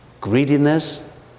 greediness